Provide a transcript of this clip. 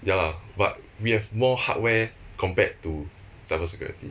ya but we have more hardware compared to cyber security